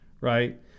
right